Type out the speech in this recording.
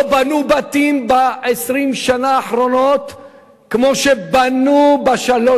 לא בנו בתים ב-20 השנה האחרונות כמו שבנו בשלוש